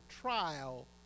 trial